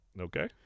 Okay